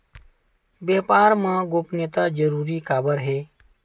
व्यापार मा गोपनीयता जरूरी काबर हे?